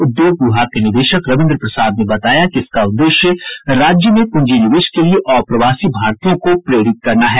उद्योग विभाग के निदेशक रवीन्द्र प्रसाद ने बताया कि इसका उद्देश्य राज्य में पूंजीनिवेश के लिए अप्रवासी भारतीयों को प्रेरित करना है